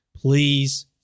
Please